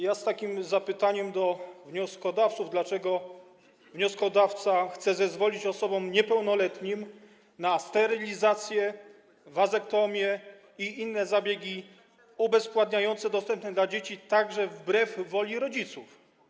Ja z takim zapytaniem do wnioskodawców: Dlaczego wnioskodawca chce zezwolić osobom niepełnoletnim na sterylizację, wazektomię i inne zabiegi ubezpładniające, dostępne dla dzieci także wbrew woli rodziców?